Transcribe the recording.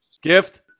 Gift